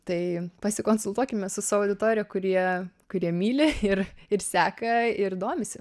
tai pasikonsultuokime su savo auditorija kurie kurie myli ir ir seka ir domisi